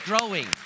growing